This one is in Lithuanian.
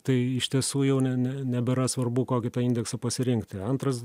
tai iš tiesų jau ne ne nebėra svarbu kokį indeksą pasirinkti antras